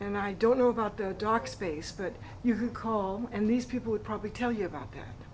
and i don't know about the dock space that you call and these people would probably tell you about that